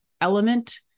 element